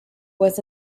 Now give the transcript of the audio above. was